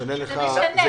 זה משנה לך.